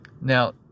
Now